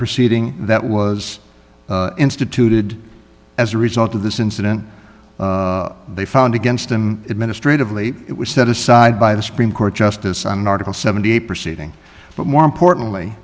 proceeding that was instituted as a result of this incident they found against him administratively it was set aside by the supreme court justice on article seventy eight proceeding but more importantly